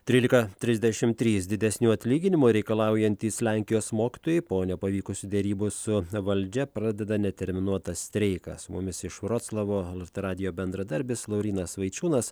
trylika trisdešim trys didesnių atlyginimų reikalaujantys lenkijos mokytojai po nepavykusių derybų su valdžia pradeda neterminuotą streiką su mumis iš vroclavo lrt radijo bendradarbis laurynas vaičiūnas